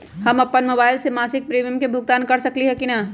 हम अपन मोबाइल से मासिक प्रीमियम के भुगतान कर सकली ह की न?